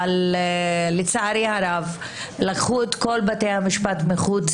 אבל לצערי הרב לקחו את כל בתי המשפט מחוץ